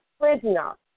prisoner